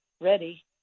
ready